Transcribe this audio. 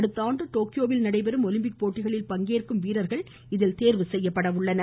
அடுத்த ஆண்டு டோக்கியோவில் நடைபெறும் ஒலிம்பிக் போட்டிகளில் பங்கேற்கும் வீரர்கள் இதில் தேர்வு செய்யப்பட உள்ளனர்